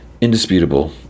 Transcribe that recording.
Indisputable